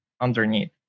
underneath